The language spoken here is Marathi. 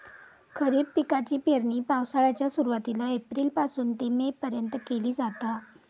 खरीप पिकाची पेरणी पावसाळ्याच्या सुरुवातीला एप्रिल पासून ते मे पर्यंत केली जाता